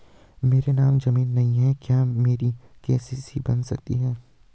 मेरे नाम ज़मीन नहीं है क्या मेरी के.सी.सी बन सकती है?